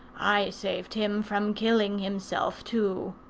i saved him from killing himself too.